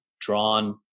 drawn